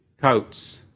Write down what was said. Coats